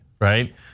right